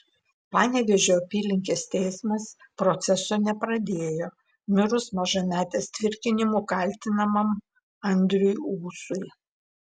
panevėžio apylinkės teismas proceso nepradėjo mirus mažametės tvirkinimu kaltinamam andriui ūsui